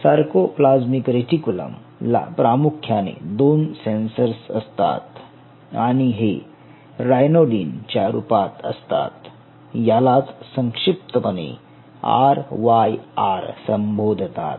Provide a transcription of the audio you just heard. sarcoplasmic reticulum ला प्रामुख्याने दोन सेन्सर्स असतात आणि हे रायनोडिन च्या रूपात असतात यालाच संक्षिप्तपणे आर वाय आर संबोधतात